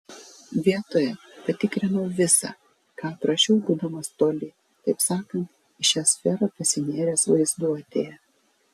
vietoje patikrinau visa ką aprašiau būdamas toli taip sakant į šią sferą pasinėręs vaizduotėje